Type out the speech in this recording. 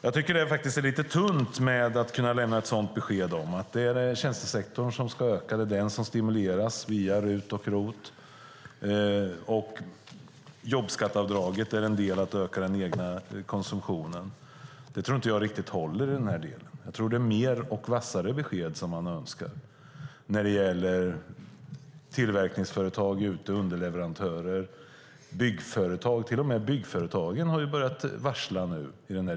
Jag tycker faktiskt att det är lite tunt att lämna beskedet att det är tjänstesektorn som ska öka. Det är den som stimuleras via RUT och ROT, och jobbskatteavdraget ska öka den egna konsumtionen. Jag tror inte att det håller riktigt. Jag tror att det är mer och vassare besked som man önskar när det gäller tillverkningsföretag, underleverantörer och byggföretag. Till och med byggföretagen har börjat varsla nu.